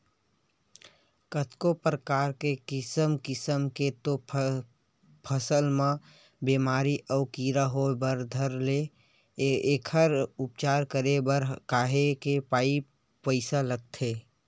कतको परकार के किसम किसम के तो फसल म बेमारी अउ कीरा होय बर धर ले एखर उपचार करे बर काहेच के पइसा लगथे